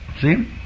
See